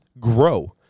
grow